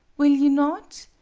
will you not?